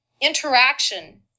interaction